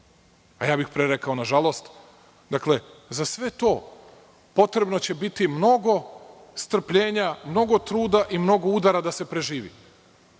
pre bih rekao nažalost. Dakle, za sve to potrebno će biti mnogo strpljenja, mnogo truda i mnogo udara da se preživi